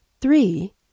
three